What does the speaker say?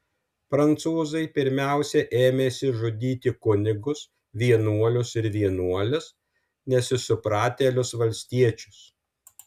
prancūzai pirmiausia ėmėsi žudyti kunigus vienuolius ir vienuoles nesusipratėlius valstiečius